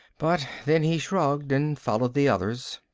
but then he shrugged and followed the others.